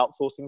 outsourcing